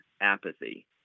apathy